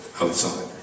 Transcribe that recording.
outside